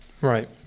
right